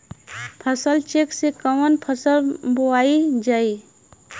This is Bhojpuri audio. फसल चेकं से कवन फसल बोवल जाई?